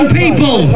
people